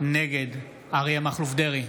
נגד אריה מכלוף דרעי,